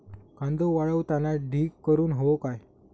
कांदो वाळवताना ढीग करून हवो काय?